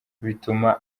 bituma